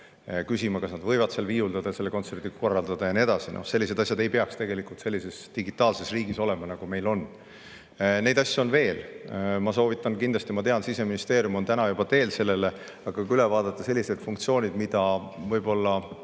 küsima, kas nad võivad seal viiuldada, seda kontserti korraldada ja nii edasi? Selliseid asju ei peaks tegelikult olema sellises digitaalses riigis, nagu meie riik on. Neid asju on veel. Ma soovitan kindlasti – ma tean, et Siseministeerium on täna juba teel sinna – üle vaadata sellised funktsioonid, mida riik võib-olla